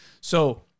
So-